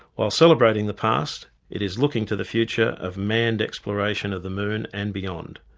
while celebrating the past it is looking to the future of manned exploration of the moon and beyond.